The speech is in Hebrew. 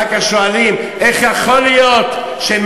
אחר כך שואלים איך יכול להיות שיותר